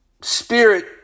spirit